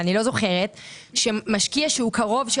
אבל אני לא זוכרת שמשקיע שהוא קרוב של